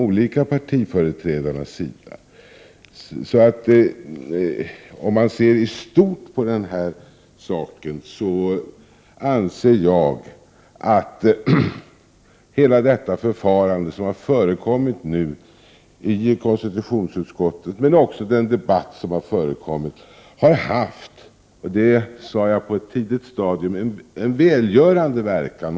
Om jag ser på saken i stort anser jag att hela detta förfarande som har förekommit i konstitutionsutskottet, men också den debatt som har förevarit, har haft — det sade jag på ett tidigt stadium — en välgörande verkan.